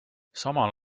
samal